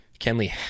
Kenley